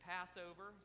Passover